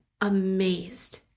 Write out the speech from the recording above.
amazed